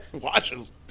watches